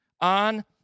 on